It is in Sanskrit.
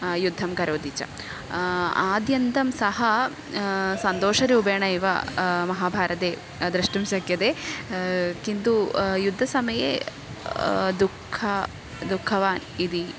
युद्धं करोति च आद्यन्तं सः सन्तोषरूपेण एव महाभारते द्रष्टुं शक्यते किन्तु युद्धसमये दुःख दुःखवान् इति